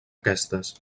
aquestes